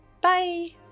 bye